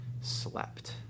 slept